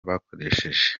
bakoresheje